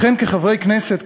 לכן כחברי הכנסת,